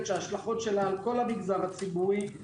שיש לה השלכות על כל המגזר הציבורי.